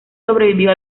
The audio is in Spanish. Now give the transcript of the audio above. sobrevivió